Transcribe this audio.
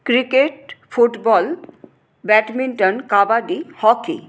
cricket football badminton kabaddi hockey